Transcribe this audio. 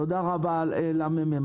תודה רבה לממ"מ.